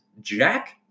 jack